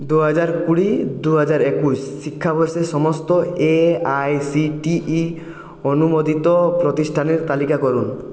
দুহাজার কুড়ি দুহাজার একুশ শিক্ষাবর্ষে সমস্ত এআইসিটিই অনুমোদিত প্রতিষ্ঠানের তালিকা করুন